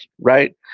right